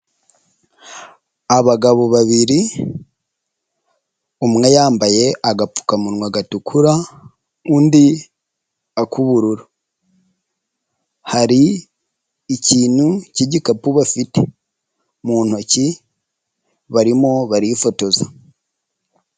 Abagabo babiri umwe yambaye agapfukamunwa gatukura, undi ak'ubururu. Hari ikintu cy'igikapu bafite mu ntoki barimo barifotoza.